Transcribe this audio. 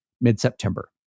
mid-September